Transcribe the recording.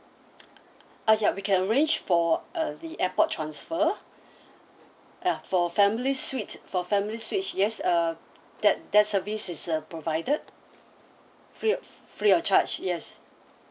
ah ya we can arrange for uh the airport transfer ah for family suite for family suite yes uh that that service is a provided free free of charge yes